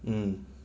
mm